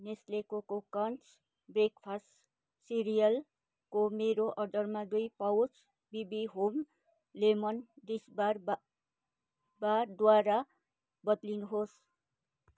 Nestle coco crunch breakfast सिरियलको मेरो अर्डरमा दुई pouch BB home lemon dishbar बारद्वारा बद्लिनुहोस्